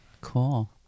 Cool